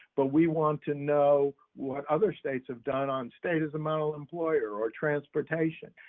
but we want to know what other states have done on state as a model employer or transportation,